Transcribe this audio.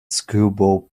screwball